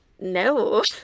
no